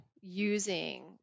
using